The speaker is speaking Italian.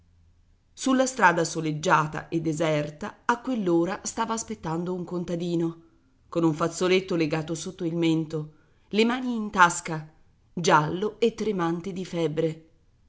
sulla strada soleggiata e deserta a quell'ora stava aspettando un contadino con un fazzoletto legato sotto il mento le mani in tasca giallo e tremante di febbre